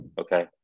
Okay